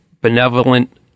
benevolent